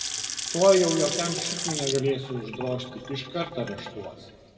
tuoj jau jokiam šikniui negalėsi uždrožti iškart areštuos